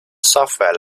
software